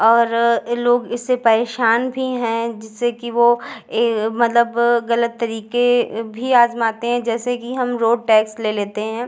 और लोग इससे परेशान भी हैं जिससे कि वो यह मतलब गलत तरीके भी आजमाते हैं जैसे कि हम रोड टैक्स ले लेते हैं